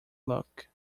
look